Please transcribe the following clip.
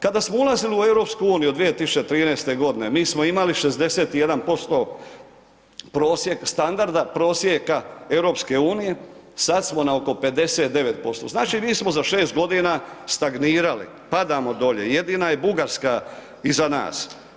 Kada smo ulazili u EU 2013. godine, mi smo imali 61% prosjek standarda prosjeka EU, sad smo na oko 59%. znači mi smo za 6 godina stagnirali, padamo dolje, jedina je Bugarska iza nas.